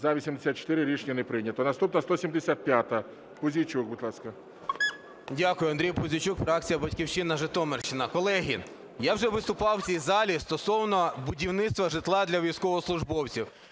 За-84 Рішення не прийнято. Наступна 175-а. Пузійчук, будь ласка. 13:50:33 ПУЗІЙЧУК А.В. Дякую. Андрій Пузійчук, фракція "Батьківщина", Житомирщина. Колеги, я вже виступав в цій залі стосовно будівництва житла для військовослужбовців.